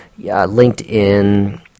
LinkedIn